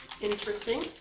Interesting